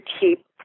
keep